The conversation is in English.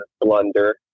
blunder